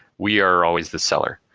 we are always the seller.